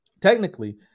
technically